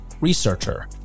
researcher